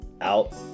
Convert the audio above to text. out